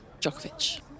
Djokovic